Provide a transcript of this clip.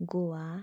Goa